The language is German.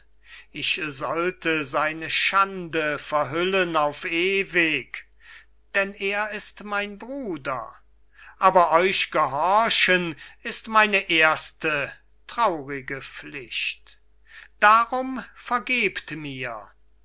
ich sollte seine schande verhüllen auf ewig denn er ist mein bruder aber euch gehorchen ist meine erste traurige pflicht darum vergebt mir